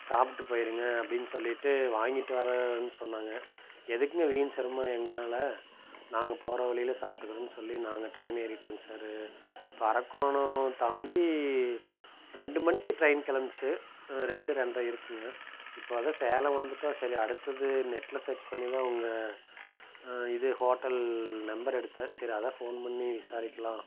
சாப்பிட்டு போயிடுங்க அப்படின்னு சொல்லிவிட்டு வாங்கிட்டு வரேன் சொன்னாங்கள் எதுக்குங்க வீண் சிரமம் எங்களால் நாங்கள் போகிற வழியில் சாப்பிட்டுக்குறோன்னு சொல்லி நாங்கள் ட்ரெயின் ஏறிவிட்டேன் சார் இப்போ அரக்கோணோம் தாண்டி ரெண்டு மணிக்கு ட்ரெயின் கிளம்புச்சி ரெண்டு ரெண்டரை இருக்குங்க இப்போது அதான் சேலம் வந்துட்டோம் சரி அடுத்தது நெட்லில் சர்ச் பண்ணி தான் உங்கள் இது ஹோட்டல் நம்பர் எடுத்தேன் சரி அதான் ஃபோன் பண்ணி விசாரிக்கலாம்